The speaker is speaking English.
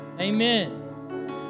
Amen